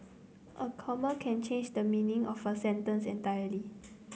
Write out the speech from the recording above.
a comma can change the meaning of a sentence entirely